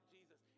Jesus